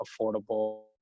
affordable